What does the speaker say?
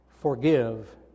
forgive